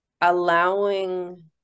allowing